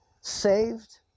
saved